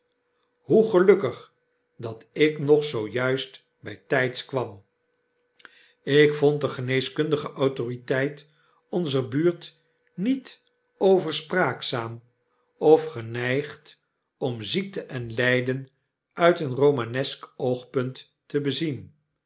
hoe gelukkig dat ik nog zoo juist bytyds kwam ik vond de geneeskundige autoriteit onzer buurt niet overspraakzaam of geneigd om ziekte en lyden uit een romanesk oogpunt te bezien